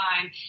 time